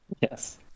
Yes